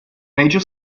major